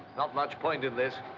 not much point in this.